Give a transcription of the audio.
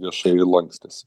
viešai lankstėsi